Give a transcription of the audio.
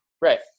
Right